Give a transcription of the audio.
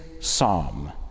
psalm